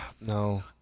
No